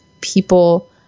people